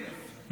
בכיף,